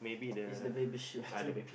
is the baby sheep I think